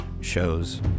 shows